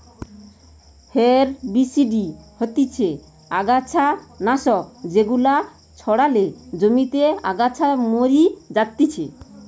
herbicide হতিছে অগাছা নাশক যেগুলা ছড়ালে জমিতে আগাছা মরি যাতিছে